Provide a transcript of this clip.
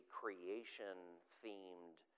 creation-themed